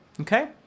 okay